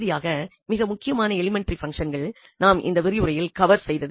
இறுதியாக மிக முக்கியமான எலிமென்டரி பங்சன்கள் நாம் இந்த விரிவுரையில் கவர் செய்தது